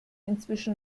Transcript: inzwischen